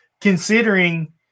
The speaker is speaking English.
considering